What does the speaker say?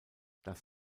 das